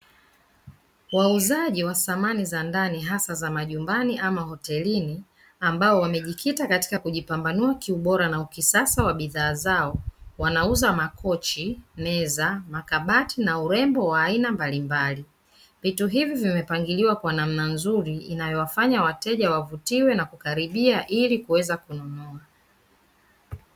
Wauzaji wa samani za ndani hasa za majumbani ama hotelini; ambao wamejikita katika kujipambanua kiubora na ukisasa wa bidhaa zao, wanauza: makochi, meza, makabati na urembo wa aina mbalimbali. Vitu hivi vimepangiliwa kwa namna nzuri inayowafanya wateja wavutiwe na kukaribia ili kuweza kununua.